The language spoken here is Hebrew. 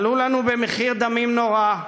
עלו לנו במחיר דמים נורא,